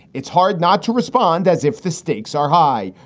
it's hard not to respond as if the stakes are high,